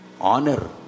honor